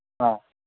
ꯑꯥ